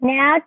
Now